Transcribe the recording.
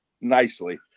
nicely